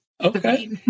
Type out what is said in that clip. Okay